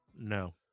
No